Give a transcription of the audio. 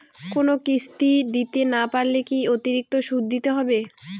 কোনো কিস্তি দিতে না পারলে কি অতিরিক্ত সুদ দিতে হবে?